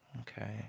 Okay